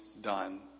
done